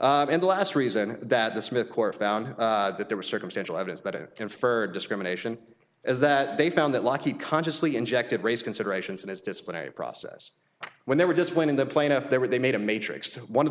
in the last reason that the smith court found that there was circumstantial evidence that it inferred discrimination as that they found that lucky consciously injected race considerations in his disciplinary process when they were just when the plaintiff there were they made a matrix one of